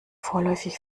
vorläufig